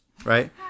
right